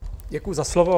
Děkuji za slovo.